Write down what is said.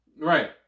Right